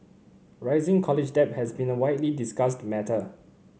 rising college debt has been a widely discussed matter